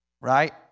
Right